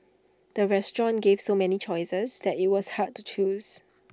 the restaurant gave so many choices that IT was hard to choose